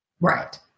Right